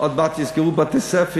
עוד מעט יסגרו בתי-ספר.